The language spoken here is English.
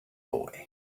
boy